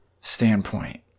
standpoint